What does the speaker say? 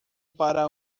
para